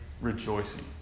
rejoicing